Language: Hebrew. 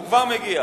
הוא כבר מגיע.